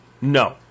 No